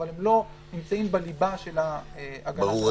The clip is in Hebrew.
אבל הם לא נמצאים בליבה של ההגנה --- ברור.